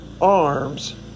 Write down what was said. arms